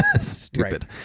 stupid